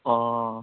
অঁ